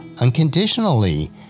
unconditionally